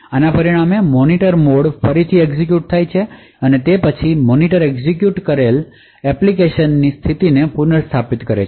આના પરિણામે મોનિટરમોડફરીથી એક્ઝેક્યુટ થાય છે અને તે પછી મોનિટરએક્ઝિક્યુટ કરેલી એપ્લિકેશનની સ્થિતિને પુનર્સ્થાપિત કરશે